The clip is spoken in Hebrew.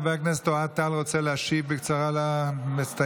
חבר הכנסת אוהד טל, רוצה להשיב בקצרה למסתייגים?